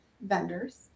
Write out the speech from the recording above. vendors